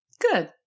Good